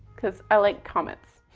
cause i like comments.